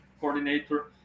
coordinator